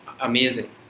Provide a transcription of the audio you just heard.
amazing